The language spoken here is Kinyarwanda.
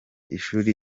ishuri